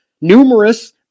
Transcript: numerous